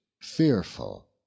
fearful